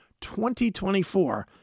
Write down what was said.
2024